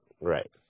Right